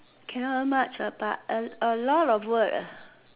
cannot earn much ah but a a lot of work ah